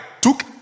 took